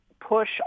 push